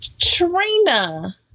Trina